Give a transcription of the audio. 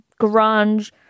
grunge